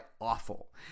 awful